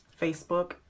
Facebook